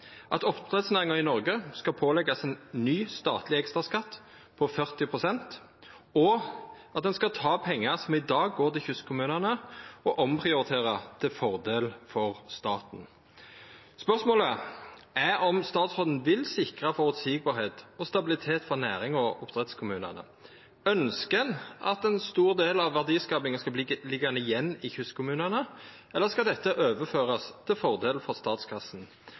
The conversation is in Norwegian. at oppdrettsnæringa i Noreg skal påleggjast ein ny, statleg ekstraskatt på 40 pst., og at ein skal ta pengar som i dag går til kystkommunane, og omprioritera til fordel for staten. Spørsmålet er om statsråden vil sikra føreseielegheit og stabilitet for næringa og oppdrettskommunane. Ønskjer ein at ein stor del av verdiskapinga skal verta liggjande igjen i kystkommunane, eller skal dette overførast til fordel for